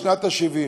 בשנת ה-70.